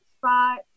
spot